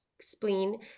spleen